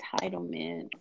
entitlement